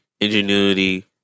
ingenuity